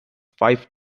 five